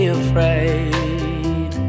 afraid